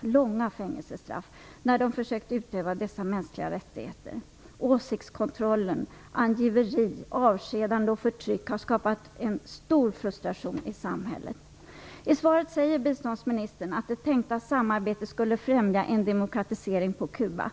långa fängelsestraff när de försökt utöva dessa mänskliga rättigheter. Åsiktskontrollen, angiveri, avskedande och förtryck har skapat en stor frustration i samhället. I svaret säger biståndsministern att det tänkta samarbetet skulle främja en demokratisering på Kuba.